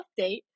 update